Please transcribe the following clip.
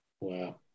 Wow